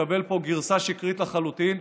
מקבל פה גרסה שקרית לחלוטין,